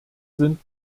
sind